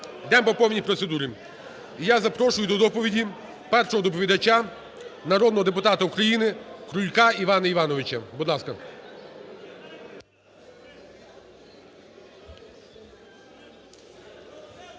по повній процедурі. І я запрошу до доповіді першого доповідача, народного депутата України Крулька Івана Івановича. Будь ласка.